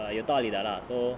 err 有道理的 lah so